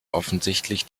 offensichtlich